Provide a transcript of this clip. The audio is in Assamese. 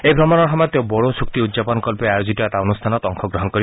এই ভ্ৰমণৰ সময়ত তেওঁ বড়ো চূক্তি উদযাপনকল্পে আয়োজিত এটা অনুষ্ঠানত অংশগ্ৰহণ কৰিব